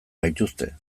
gaituzte